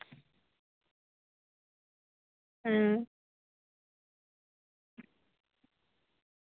ᱦᱩᱸ